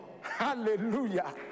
Hallelujah